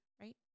right